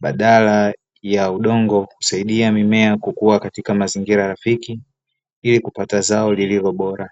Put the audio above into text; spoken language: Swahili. badala ya udongo, kusaidia mimea kukua katika mazingira rafiki ili kupata zao lililo bora.